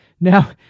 Now